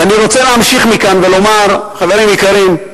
ואני רוצה להמשיך מכאן ולומר, חברים יקרים,